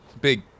Big